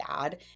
dad